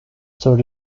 thirty